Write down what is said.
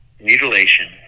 mutilation